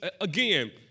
again